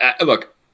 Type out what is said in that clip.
Look